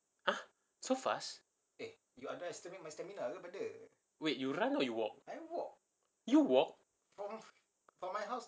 !huh! so fast wait you run or you walk you walk